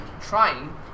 trying